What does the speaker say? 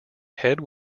head